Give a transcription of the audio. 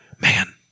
man